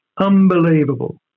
unbelievable